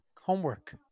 Homework